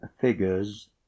figures